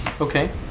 okay